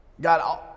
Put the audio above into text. God